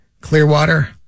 Clearwater